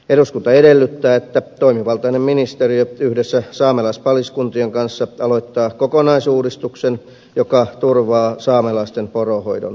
eduskunta edellyttää että toimivaltainen ministeriö yhdessä saamelaispaliskuntien kanssa aloittaa kokonaisuudistuksen joka turvaa saamelaisten poronhoidon edellytykset